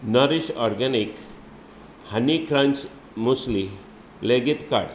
nourish organic honey crunch muesli लेगीत काड